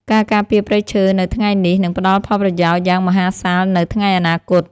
ការការពារព្រៃឈើនៅថ្ងៃនេះនឹងផ្តល់ផលប្រយោជន៍យ៉ាងមហាសាលនៅថ្ងៃអនាគត។ការការពារព្រៃឈើនៅថ្ងៃនេះនឹងផ្តល់ផលប្រយោជន៍យ៉ាងមហាសាលនៅថ្ងៃអនាគត។